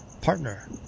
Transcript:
partner